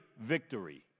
victory